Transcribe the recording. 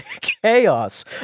chaos